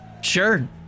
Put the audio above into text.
sure